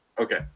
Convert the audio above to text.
Okay